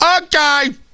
okay